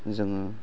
जोङो